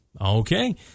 Okay